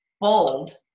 bold